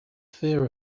fear